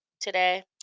today